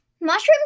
Mushrooms